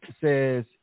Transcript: says